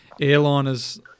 airliners